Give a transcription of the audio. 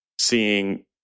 seeing